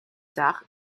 tard